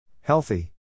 Healthy